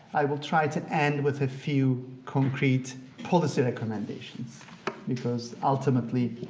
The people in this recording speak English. i will try to end with a few, concrete policy recommendations because ultimately,